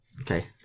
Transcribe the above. Okay